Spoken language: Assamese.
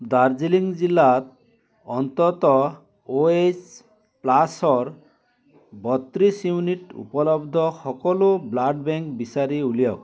দাৰ্জিলিং জিলাত অন্ততঃ অ' এইচ প্লাচৰ বত্ৰিছ ইউনিট উপলব্ধ সকলো ব্লাড বেংক বিচাৰি উলিয়াওক